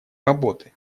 работы